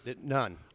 none